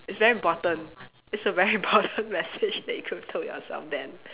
it's very important it's a very important message that you could tell yourself then